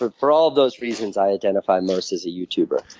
ah for all of those reasons, i identify most as a youtuber.